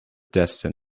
destiny